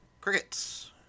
crickets